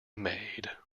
maid